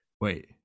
Wait